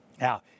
Now